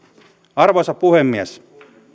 arvoisa puhemies